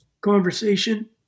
conversation